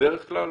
בדרך כלל